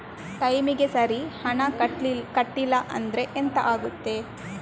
ಟೈಮಿಗೆ ಸರಿ ಹಣ ಕಟ್ಟಲಿಲ್ಲ ಅಂದ್ರೆ ಎಂಥ ಆಗುತ್ತೆ?